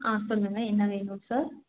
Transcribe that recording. ஆ சொல்லுங்கள் என்ன வேணும் சார்